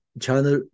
china